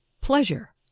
pleasure